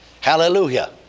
Hallelujah